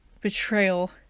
betrayal